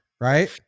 right